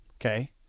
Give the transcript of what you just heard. Okay